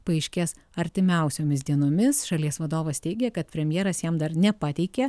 paaiškės artimiausiomis dienomis šalies vadovas teigė kad premjeras jam dar nepateikė